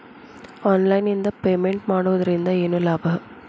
Online ನಿಂದ payment ಮಾಡುವುದರಿಂದ ಏನು ಲಾಭ?